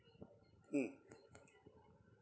mm